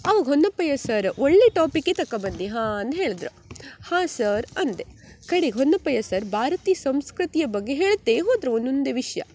ಅವಾಗ ಹೊನ್ನಪ್ಪಯ್ಯ ಸರ ಒಳ್ಳೆಯ ಟಾಪಿಕ್ಕೇ ತಕಬಂದೆ ಹಾಂ ಅಂದು ಹೇಳಿದ್ರು ಹಾಂ ಸರ್ ಅಂದೆ ಕಡಿಗೆ ಹೊನ್ನಪ್ಪಯ್ಯ ಸರ್ ಭಾರತೀಯ ಸಂಸ್ಕೃತಿಯ ಬಗ್ಗೆ ಹೇಳ್ತಾ ಹೋದರು ಒಂದೊಂದೇ ವಿಷಯ